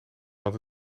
want